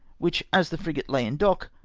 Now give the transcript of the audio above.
which, as the frigate lay in dock,